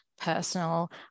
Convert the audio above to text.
personal